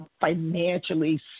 financially